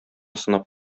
сынап